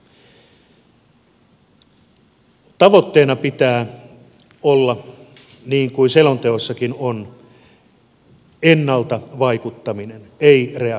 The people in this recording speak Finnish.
tavoitteena pitää olla niin kuin selonteossakin on ennalta vaikuttaminen ei reagointi